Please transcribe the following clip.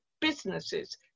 businesses